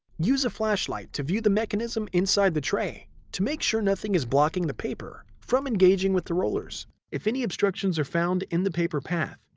use a flashlight to view the mechanism inside the tray to make sure nothing is blocking the paper from engaging with the rollers. if any obstructions are found in the paper path,